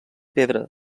pedra